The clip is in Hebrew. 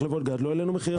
במחלבות גד לא העלינו מחיר,